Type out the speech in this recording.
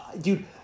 dude